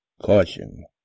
CAUTION